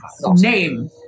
name